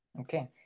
Okay